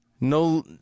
No